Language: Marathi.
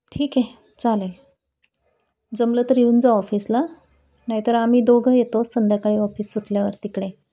ठीक आहे चालेल जमलं तर येऊन जा ऑफिसला नाहीतर आम्ही दोघं येतो संध्याकाळी ऑफिस सुटल्यावर तिकडे